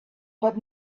but